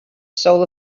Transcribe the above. soul